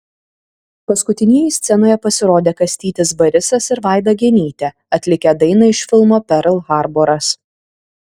paskutinieji scenoje pasirodė kastytis barisas ir vaida genytė atlikę dainą iš filmo perl harboras